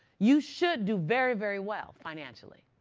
you should do very, very well financially.